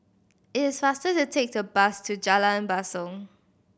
it is faster to take the bus to Jalan Basong